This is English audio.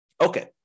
Okay